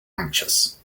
anxious